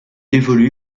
évolue